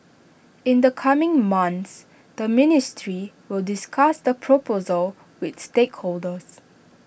in the coming months the ministry will discuss the proposal with stakeholders